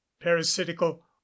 parasitical